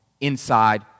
inside